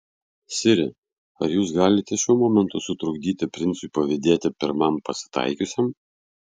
sire ar jūs galite šiuo momentu sutrukdyti princui pavydėti pirmam pasitaikiusiam